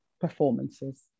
performances